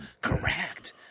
Correct